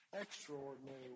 extraordinary